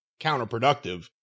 counterproductive